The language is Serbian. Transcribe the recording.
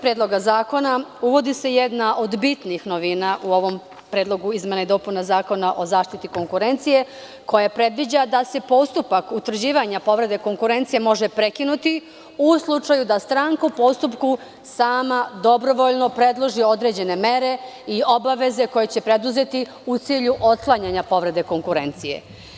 Predloga zakona uvodi se jedna od bitnih novina u ovom Predlogu izmene i dopune Zakona o zaštiti konkurencije koja predviđa da se postupak utvrđivanja povrede konkurencije može prekinuti u slučaju da stranka u postupku sama, dobrovoljno predloži određene mere i obaveze koje će preduzeti u cilju otklanjanja povrede konkurencije.